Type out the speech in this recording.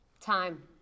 Time